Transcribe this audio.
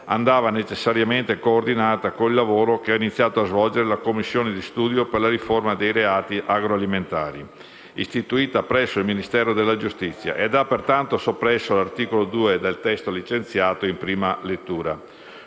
andasse necessariamente coordinata con il lavoro che ha iniziato a svolgere la commissione di studio per la riforma dei reati agroalimentari, istituita presso il Ministero della giustizia ed ha pertanto soppresso l'articolo 2 del testo licenziato in prima lettura.